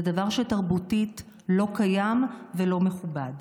זה דבר שמבחינה תרבותית לא קיים ולא מכובד.